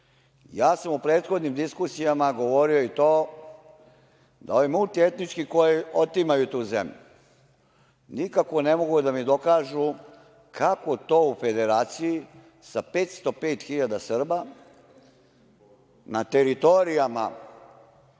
proći.U prethodnim diskusijama sam govorio i to, da ovi multietnički, koji otimaju tu zemlju, nikako ne mogu da mi dokažu kako to u Federaciji sa 505 hiljada Srba, na tim teritorijama